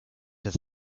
does